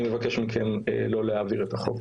אני מבקש כך לא להעביר את החוק.